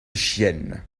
chienne